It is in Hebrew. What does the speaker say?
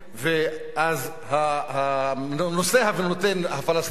ואז הנושא הפלסטיני,